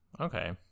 Okay